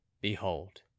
behold